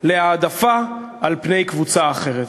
להעדפה על פני קבוצה אחרת.